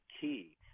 key